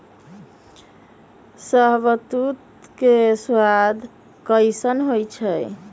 शाहबलूत के सवाद कसाइन्न होइ छइ